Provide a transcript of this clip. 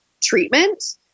treatment